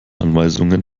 anweisungen